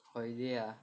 holiday ah